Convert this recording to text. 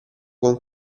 con